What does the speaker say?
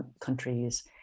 countries